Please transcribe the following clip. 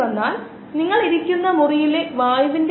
വലിയ ബയോ റിയാക്ടറുകളിലാണ് ഇവ വളരുന്നത്